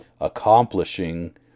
accomplishing